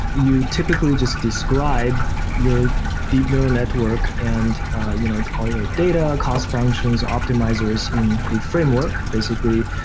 you typically just describe your deep neural network and you know how your data, cost functions, optimizers in a framework. basically,